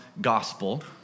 gospel